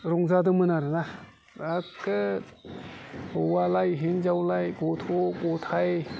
रंजादोंमोन आरोना एक्खे हौवालाय हिनजावलाय गथ' गथाइ